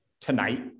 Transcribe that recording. tonight